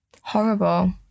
Horrible